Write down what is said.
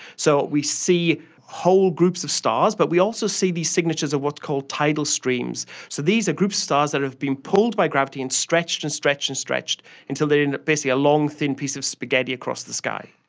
so we see whole groups of stars but we also see these signatures of what's called tidal streams. so these are groups of stars that have been pulled by gravity and stretched and stretched and stretched until they end up basically a long thin piece of spaghetti across the sky.